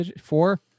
four